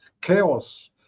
chaos